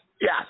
Yes